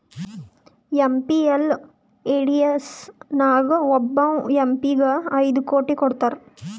MPLADS ನಾಗ್ ಒಬ್ಬವ್ M P ಗ ಐಯ್ಡ್ ಕೋಟಿ ಕೊಡ್ತಾರ್